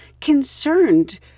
concerned